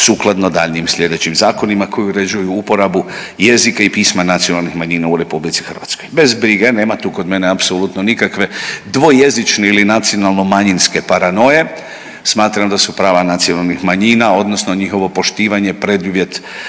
sukladno daljnjim slijedećim zakonima koji uređuju uporabu jezika i pisma nacionalnih manjina u RH. Bez brige, nema tu kod mene apsolutno nikakve dvojezične ili nacionalno manjinske paranoje, smatram da su prava nacionalnih manjima odnosno njihovo poštivanje preduvjet